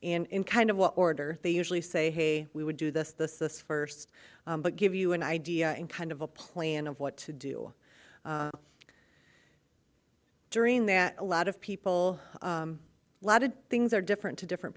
in kind of what order they usually say hey we would do this this this first but give you an idea and kind of a plan of what to do during that a lot of people lot of things are different to different